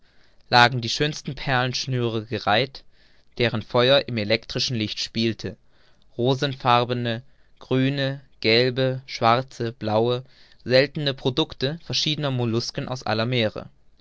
lagen die schönsten perlenschnüre gereiht deren feuer im elektrischen licht spielte rosenfarbene grüne gelbe schwarze blaue seltene producte verschiedener mollusken aller meere